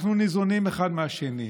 אנחנו ניזונים אחד מהשני,